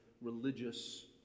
religious